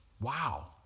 Wow